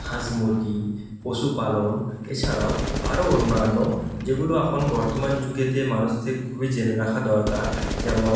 হাঁস মুরগি পশুপালন এছাড়াও আরও অন্যান্য যেগুলো এখন বর্তমান যুগেতে মানুষ দের খুবই জেনে রাখা দরকার যেমন